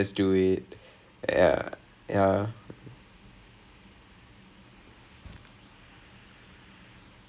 eh ya uh then I always thought it was more like oh he's trying to get us get like comfortable with one another அந்த மாதிரி இது:antha maathiri ithu